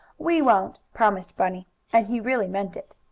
we won't, promised bunny, and he really meant it.